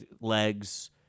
legs